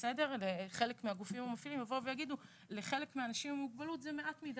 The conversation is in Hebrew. חלק מהגופים המפעילים יגידו שלחלק מהאנשים עם מוגבלות זה מעט מידי,